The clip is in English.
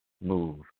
move